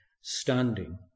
standing